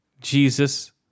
jesus